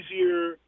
easier